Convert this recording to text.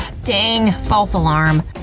dang, false alarm.